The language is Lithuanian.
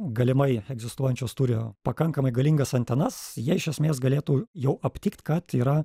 galimai egzistuojančios turi pakankamai galingas antenas jie iš esmės galėtų jau aptikt kad yra